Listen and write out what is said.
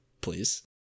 please